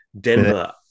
Denver